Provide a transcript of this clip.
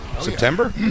September